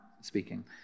speaking